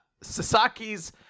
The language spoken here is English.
Sasaki's